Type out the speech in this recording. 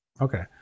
Okay